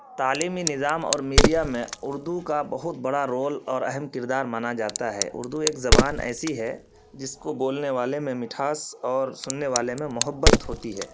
تعلیمی نظام اور میڈیا میں اردو کا بہت بڑا رول اور اہم کردار مانا جاتا ہے اردو ایک زبان ایسی ہے جس کو بولنے والے میں مٹھاس اور سننے والے میں محبت ہوتی ہے